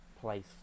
place